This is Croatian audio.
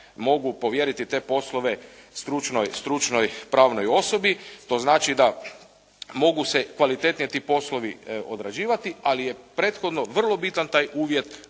mogu povjeriti te poslove stručnoj pravnoj osobi. To znači da mogu se kvalitetnije ti poslovi odrađivati, ali je prethodno vrlo bitan taj uvjet